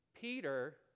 Peter